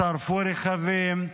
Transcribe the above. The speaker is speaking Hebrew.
שרפו רכבים,